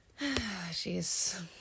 Jeez